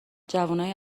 جوونای